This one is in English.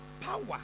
power